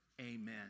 Amen